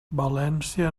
valència